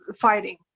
fighting